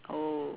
oh